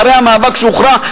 אחרי המאבק שהוכרע,